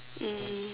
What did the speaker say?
mm